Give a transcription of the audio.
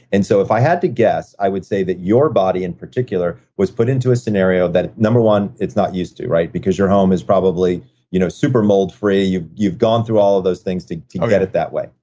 and so if i had to guess, i would say that your body in particular was put into a scenario that, number one, it's not used to, to, right? because your home is probably you know super mold free. you've you've gone through all of those things to get it that way,